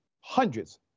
hundreds